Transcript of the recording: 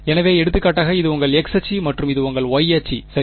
எனவே எடுத்துக்காட்டாக இது உங்கள் x அச்சு மற்றும் இது உங்கள் y அச்சு சரி